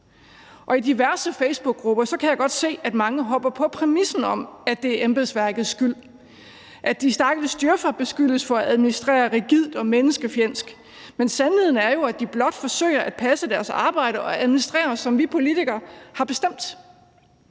I diverse facebookgrupper kan jeg godt se, at mange hopper på præmissen om, at det er embedsværkets skyld, at de stakkels djøf'er beskyldes for at administrere rigidt og menneskefjendsk, men sandheden er jo, at de blot forsøger at passe deres arbejde og administrere, som vi politikere har bestemt.